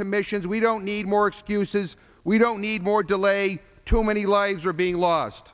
commissions we don't need more excuses we don't need more delay too many lives are being lost